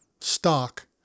stock